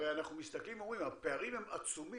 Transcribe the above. הרי אנחנו מסתכלים ואנחנו רואים שהפערים הם עצומים.